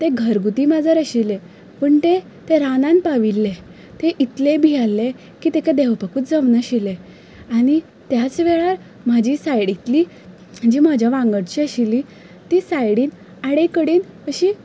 तें घरगुती माजर आशिल्लें पूण तें तें रानान पाविल्लें तें इतलें भियाल्लें की ताका देंवपाकच जमनाशिल्लें आनी त्याच वेळार म्हज्या सायडींतलीं जी म्हज्या वांगडची आशिल्लीं तीं सायडीन आडे कडेन अशी